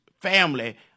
family